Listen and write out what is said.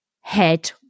head